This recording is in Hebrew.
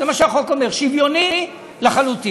זה מה שהחוק אומר, שוויוני לחלוטין.